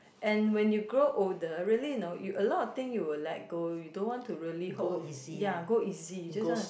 and when you grow older really you know you a lot of thing you will let go you don't want to really hold ya go easy you just wanna